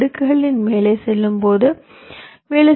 அடுக்குகளில் மேலே செல்லும்போது வி